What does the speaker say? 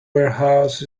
warehouse